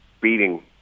beating